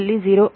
05 0